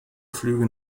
flüge